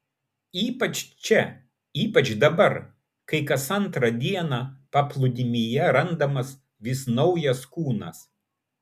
ypač čia ypač dabar kai kas antrą dieną paplūdimyje randamas vis naujas kūnas